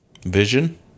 Vision